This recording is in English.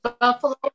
Buffalo